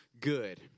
good